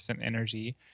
energy